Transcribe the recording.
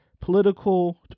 Political